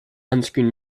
onscreen